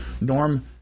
Norm